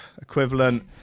equivalent